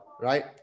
right